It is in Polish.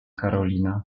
karolina